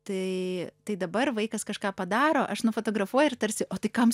tai tai dabar vaikas kažką padaro aš nufotografuoju ir tarsi o tai kam